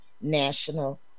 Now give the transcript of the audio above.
national